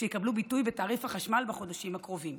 שיקבלו ביטוי בתעריף החשמל בחודשים הקרובים.